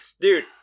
Dude